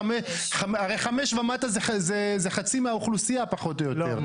הרי 5 ומטה זה חצי מהאוכלוסייה פחות או יותר.